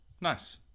Nice